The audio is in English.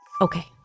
Okay